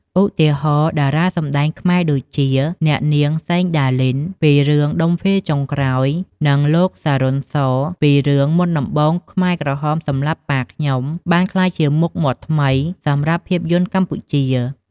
ឧទាហរណ៍ តារាសម្តែងខ្មែរដូចជា អ្នកនាង សេង ដាលីន ពី រឿង ដុំហ្វីលចុងក្រោយ និង លោក សារុន សរ ពី រឿង មុនដំបូងខ្មែរក្រហមសម្លាប់ប៉ាខ្ញុំ បានក្លាយជាមុខមាត់ថ្មីសម្រាប់ភាពយន្តកម្ពុជា។